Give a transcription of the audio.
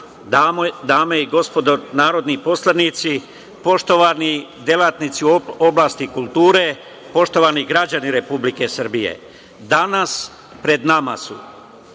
dame i gospodo narodni poslanici, poštovani delatnici u oblasti kulture, poštovani građani Republike Srbije, danas su pred nama dva